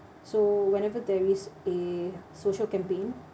so whenever there is a social campaign